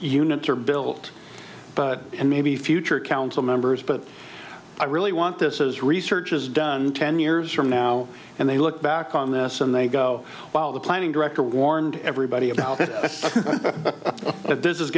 units are built but maybe future council members but i really want this as research is done ten years from now and they look back on this and they go while the planning director warned everybody